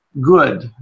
good